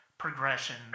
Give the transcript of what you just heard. progression